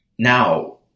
Now